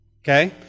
Okay